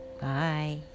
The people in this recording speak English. Bye